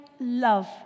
love